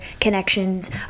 connections